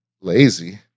lazy